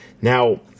Now